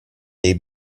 dei